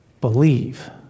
believe